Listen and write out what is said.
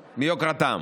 מיוקרתם.